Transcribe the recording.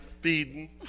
feeding